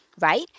Right